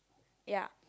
ya